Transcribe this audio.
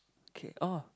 K !oh!